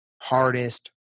hardest